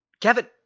Kevin